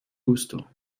gusto